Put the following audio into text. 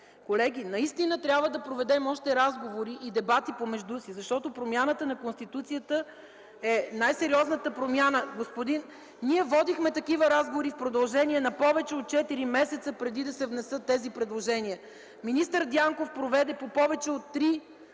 Колеги, наистина трябва да проведем още разговори и дебати помежду си, защото промяна на Конституцията е най-сериозната промяна. (Реплики от КБ.) Ние водихме такива разговори в продължение на повече от четири месеца преди да се внесат тези предложения. Министър Дянков проведе по повече от три срещи